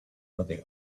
rodeo